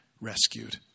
rescued